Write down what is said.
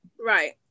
Right